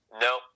No